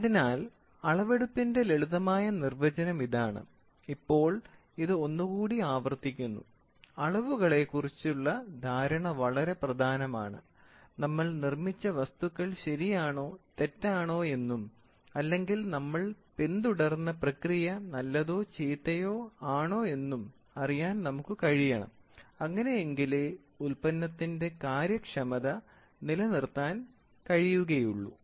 അതിനാൽ അളവെടുപ്പിന്റെ ലളിതമായ നിർവചനം ഇതാണ് ഇപ്പോൾ ഇത് ഒന്നുകൂടി ആവർത്തിക്കുന്നു അളവുകളെ കുറിച്ചുള്ള ധാരണ വളരെ പ്രധാനമാണ് നമ്മൾ നിർമ്മിച്ച വസ്തുക്കൾ ശരിയാണോ തെറ്റാണോ എന്നും അല്ലെങ്കിൽ നമ്മൾ പിന്തുടർന്ന പ്രക്രിയ നല്ലതോ ചീത്തയോ ആണോ എന്നും അറിയാൻ നമുക്ക് കഴിയണം അങ്ങനെ എങ്കിലേ ഉൽപ്പന്നത്തിന്റെ കാര്യക്ഷമത നിലനിർത്താൻ കഴിയുകയുള്ളു